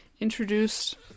introduced